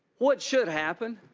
what should happen?